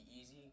easy